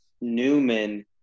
Newman